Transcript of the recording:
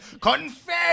Confess